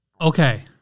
Okay